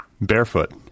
Barefoot